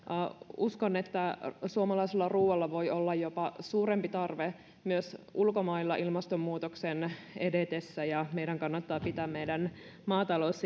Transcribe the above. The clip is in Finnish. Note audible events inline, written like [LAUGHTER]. uskon että suomalaiselle ruoalle voi olla jopa suurempi tarve myös ulkomailla ilmastonmuutoksen edetessä ja meidän kannattaa pitää meidän maatalous [UNINTELLIGIBLE]